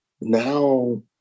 now